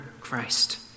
Christ